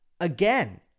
again